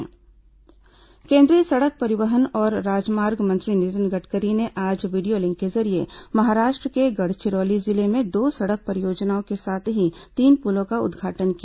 गडकरी पुल उदघाटन केंद्रीय सड़क परिवहन और राजमार्ग मंत्री नितिन गडकरी ने आज वीडियो लिंक के जरिये महाराष्ट्र के गढ़चिरौली जिले में दो सड़क परियोजनाओं के साथ ही तीन पुलों का उदघाटन किया